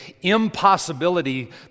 impossibility